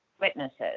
witnesses